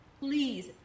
please